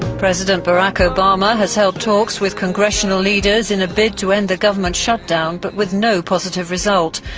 president barack obama has held talks with congressional leaders in a bid to end the government shut-down, but with no positive result.